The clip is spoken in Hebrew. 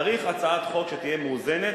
צריך הצעת חוק שתהיה מאוזנת,